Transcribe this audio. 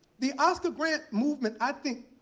the oscar grant movement, i think,